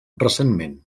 recentment